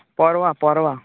परवां परवां